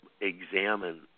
examine